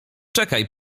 czekaj